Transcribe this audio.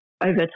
Over